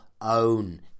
own